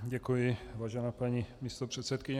Děkuji, vážená paní místopředsedkyně.